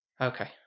okay